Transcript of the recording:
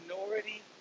minority